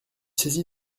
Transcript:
saisi